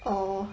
orh